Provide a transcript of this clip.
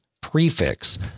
prefix